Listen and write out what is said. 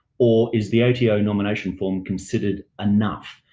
or is the ato nomination form considered enough?